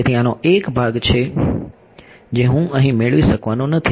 તેથી આનો એક ભાગ છે જે હું અહીં મેળવી શકવાનો નથી